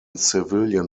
civilian